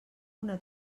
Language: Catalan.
una